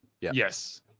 Yes